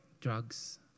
drugs